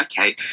okay